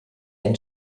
ein